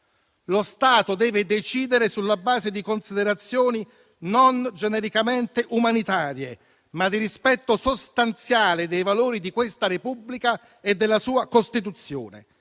Lo Stato deve decidere sulla base di considerazioni non genericamente umanitarie, ma di rispetto sostanziale dei valori di questa Repubblica e della sua Costituzione,